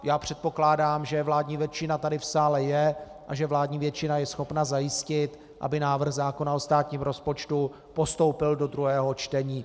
Já předpokládám, že vládní většina tady v sále je a že vládní většina je schopna zajistit, aby návrh zákona o státním rozpočtu postoupil do druhého čtení.